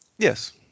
Yes